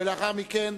ולאחר מכן,